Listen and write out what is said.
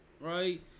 Right